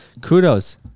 Kudos